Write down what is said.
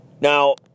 Now